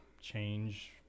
change